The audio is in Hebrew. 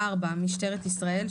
(4) משטרת ישראל,